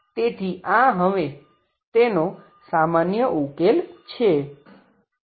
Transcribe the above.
તેથી આ હવે તેનો સામાન્ય ઉકેલ છે